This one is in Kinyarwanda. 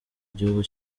igihugu